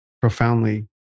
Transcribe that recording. profoundly